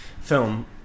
film